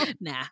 Nah